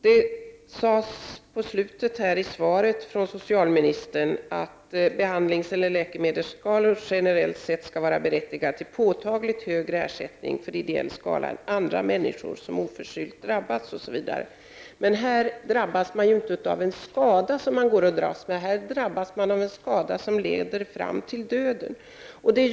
I slutet av socialministerns svar framgår det att ”-——- de som tillfogas behandlingseller läkemedelsskador generellt sett skall vara berättigade till påtagligt högre ersättning för ideell skada än andra människor som oförskyllt drabbas ---”. Men här drabbas man inte av en skada som man går och dras med. Här drabbas man av en skada som leder fram till döden.